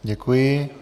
Děkuji.